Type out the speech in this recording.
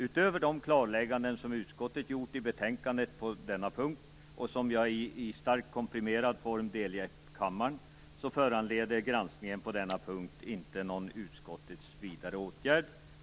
Utöver de klarlägganden som utskottet gjort i betänkandet på denna punkt - och som jag i starkt komprimerad form delgett kammaren - föranleder granskningen på denna punkt inte någon utskottets vidare åtgärd.